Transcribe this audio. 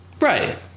Right